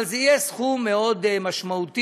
אבל זה יהיה סכום מאוד משמעותי,